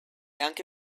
anche